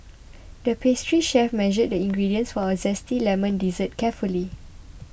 the pastry chef measured the ingredients for a Zesty Lemon Dessert carefully